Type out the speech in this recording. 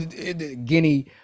Guinea